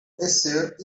esser